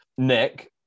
Nick